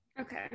Okay